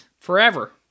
Forever